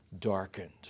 darkened